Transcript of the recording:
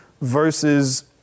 versus